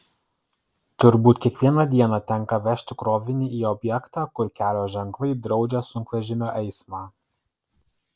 turbūt kiekvieną dieną tenka vežti krovinį į objektą kur kelio ženklai draudžia sunkvežimio eismą